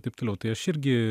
taip toliau tai aš irgi